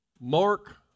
Mark